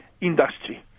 industry